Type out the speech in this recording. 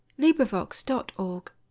librivox.org